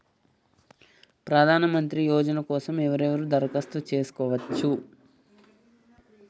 ప్రధానమంత్రి యోజన కోసం ఎవరెవరు దరఖాస్తు చేసుకోవచ్చు?